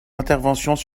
interventions